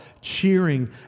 cheering